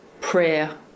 Prayer